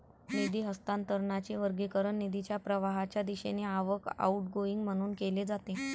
निधी हस्तांतरणाचे वर्गीकरण निधीच्या प्रवाहाच्या दिशेने आवक, आउटगोइंग म्हणून केले जाते